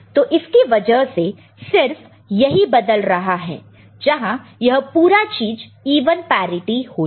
तो इसकी वजह से सिर्फ यही बदल रहा है जहां यह पूरा चीज इवन पैरिटि होता